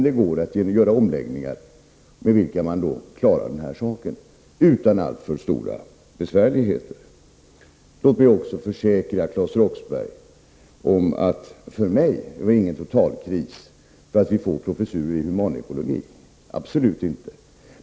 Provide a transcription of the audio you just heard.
Det går att göra omläggningar, med vilka man klarar den här saken utan alltför stor besvärligheter. Låt mig också försäkra Claes Roxbergh att det för mig absolut inte var någon totalkris för att vi får professurer i humanekologi.